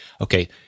okay